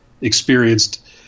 experienced